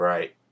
Right